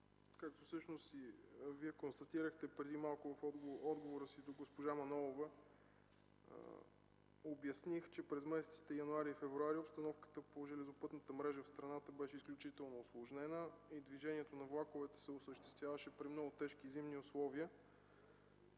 както всъщност и Вие констатирахте – преди малко в отговора си към госпожа Манолова обясних, че през месеците януари и февруари обстановката по железопътната мрежа в страната беше изключително усложнена и движените на влаковете се осъществяваше при много тежки зимни условия.